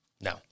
no